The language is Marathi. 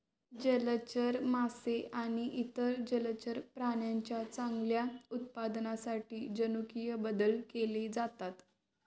जलचर मासे आणि इतर जलचर प्राण्यांच्या चांगल्या उत्पादनासाठी जनुकीय बदल केले जातात